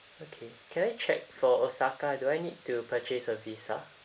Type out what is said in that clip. okay can I check for osaka do I need to purchase a visa